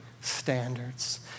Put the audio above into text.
standards